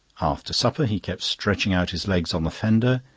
after supper he kept stretching out his legs on the fender,